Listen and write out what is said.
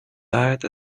died